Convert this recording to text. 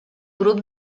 grup